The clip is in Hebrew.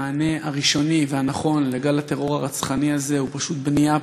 המענה הראשוני והנכון לגל הטרור הרצחני הזה הוא פשוט בנייה,